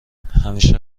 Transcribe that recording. همیشه